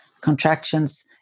contractions